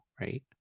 right